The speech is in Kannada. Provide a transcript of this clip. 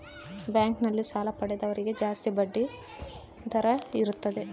ಬ್ಯಾಂಕ್ ನಲ್ಲಿ ಸಾಲ ಪಡೆದವರಿಗೆ ಜಾಸ್ತಿ ಬಡ್ಡಿ ದರ ಇರುತ್ತದೆ